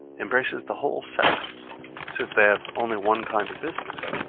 embraces the whole sex since they have only one kind of business.